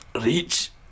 reach